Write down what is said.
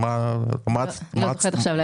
מה הביקוש השנתי?